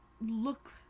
look